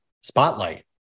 spotlight